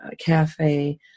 Cafe